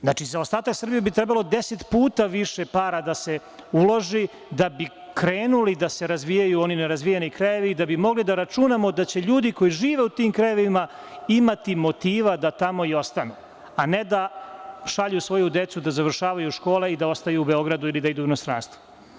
Znači, za ostatak Srbije bi trebalo deset puta više para da se uloži da bi krenuli da se razvijaju oni nerazvijeni krajevi, da bi mogli da računamo da će ljudi koji žive u tim krajevima imati motiva da tamo i ostanu, a ne da šalju svoju decu da završavaju škole i da ostaju u Beogradu ili da idu u inostranstvo.